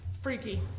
freaky